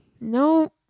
No